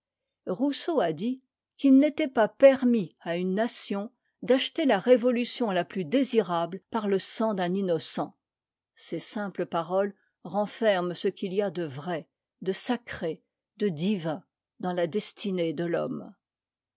rousseau a dit qu'il n'était pas permis à une nation d'aclteter la révolution la plus désirable par le sang hkomm ces simples paroles renferment ce qu'il y a de vrai de sacré de divin dans a destinée de t'homme